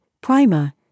Primer